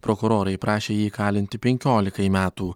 prokurorai prašė jį įkalinti penkiolikai metų